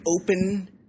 open